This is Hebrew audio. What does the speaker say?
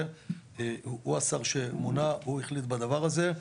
הוא השר שמונה והוא מחליט בנושא הזה.